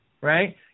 right